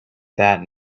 that